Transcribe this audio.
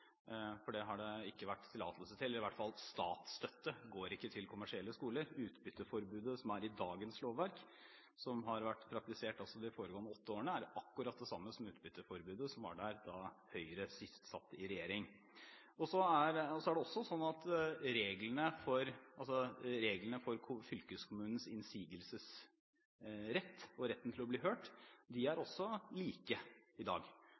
for det var det ikke tillatelse til. Statsstøtte går i hvert fall ikke til kommersielle skoler. Utbytteforbudet som er i dagens lovverk, og som ble praktisert også i de foregående åtte årene, er akkurat det samme utbytteforbudet som var da Høyre sist satt i regjering. Reglene for fylkeskommunens innsigelsesrett og retten til å bli hørt er også lik de i dag. Forskjellen på loven da Høyre satt, og loven da den rød-grønne regjeringen satt, dreier seg ikke om utbytteforbud. Det er